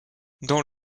dans